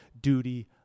duty